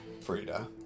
Frida